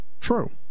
True